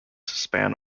span